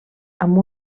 amb